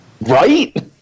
Right